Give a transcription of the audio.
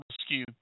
Rescue